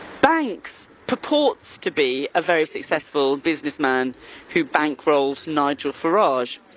banks purports to be a very successful businessman who bankrolls nigel farage.